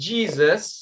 Jesus